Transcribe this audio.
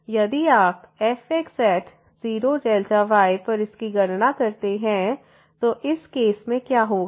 यदि आप fx0yपर इसकी गणना करते हैं तो इस केस में क्या होगा